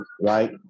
right